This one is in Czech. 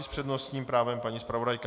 S přednostním právem paní zpravodajka.